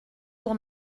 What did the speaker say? pour